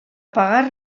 pagar